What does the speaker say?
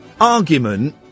argument